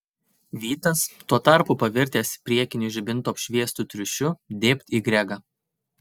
vytas tuo tarpu pavirtęs priekinių žibintų apšviestu triušiu dėbt į gregą